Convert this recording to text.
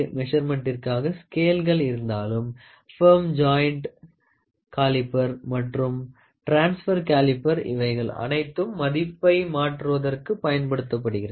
மெசர்மென்ட்டிற்க்காக ஸ்கேள்கள் இருந்தாலும் firm joint caliper மற்றும் ட்ரான்ஸபர் காலிப்பர் இவைகள் அனைத்தும் மதிப்பை மாற்றுவதற்கு பயன்படுகின்றது